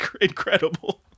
incredible